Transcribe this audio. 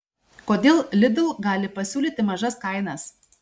kodėl lidl gali pasiūlyti mažas kainas